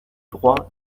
droits